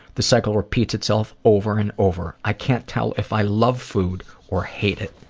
the cycle repeats itself over and over. i can't tell if i love food or hate it.